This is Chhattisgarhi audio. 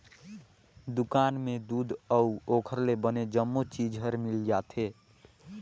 दुकान में दूद अउ ओखर ले बने जम्मो चीज हर मिल जाथे